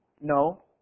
No